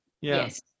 Yes